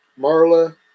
Marla